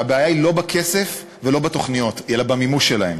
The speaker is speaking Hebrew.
והבעיה היא לא בכסף ולא בתוכניות אלא במימוש שלהן.